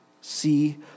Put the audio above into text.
See